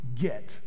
get